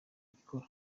ikora